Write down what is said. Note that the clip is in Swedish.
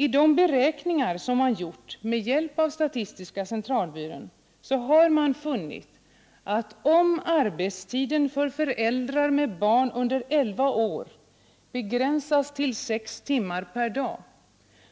I de beräkningar som gjorts med hjälp av statistiska centralbyrån har man funnit att om arbetstiden för föräldrar med barn under elva år begränsas till sex timmar per dag